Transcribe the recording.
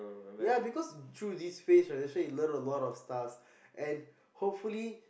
ya because through this phase right I'm sure he learn a lot of stuff and hopefully